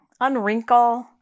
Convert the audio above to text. unwrinkle